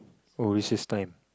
oh recess time